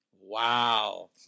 Wow